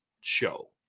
show